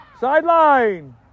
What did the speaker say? Sideline